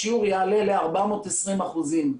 השיעור יעלה ל-420 אחוזים.